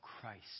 Christ